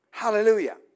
Hallelujah